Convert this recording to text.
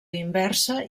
inversa